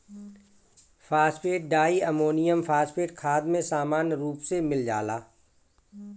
phosphate diammonium phosphate खाद में सामान्य रूप से मिल जाला